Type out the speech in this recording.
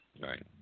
Right